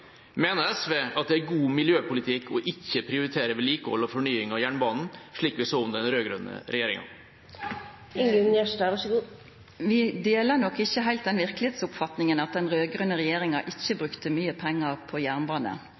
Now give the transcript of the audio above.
SV at det er god miljøpolitikk ikke å prioritere vedlikehold og fornying av jernbanen, slik vi så under den rød-grønne regjeringa? Vi deler nok ikkje heilt den verkelegheitsoppfatninga at den raud-grøne regjeringa ikkje brukte mykje pengar på jernbane,